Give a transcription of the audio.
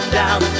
down